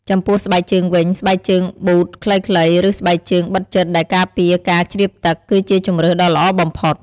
ចំពោះស្បែកជើងវិញ ស្បែកជើងប៊ូតខ្លីៗ ឬ ស្បែកជើងបិទជិតដែលការពារការជ្រាបទឹក គឺជាជម្រើសដ៏ល្អបំផុត។